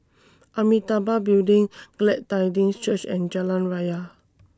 Amitabha Building Glad Tidings Church and Jalan Raya